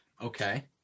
okay